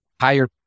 higher